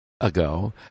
ago